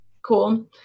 Cool